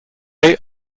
wood